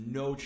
no